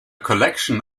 collection